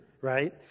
right